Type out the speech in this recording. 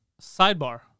sidebar